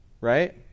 Right